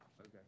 Okay